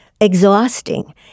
exhausting